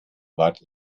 wart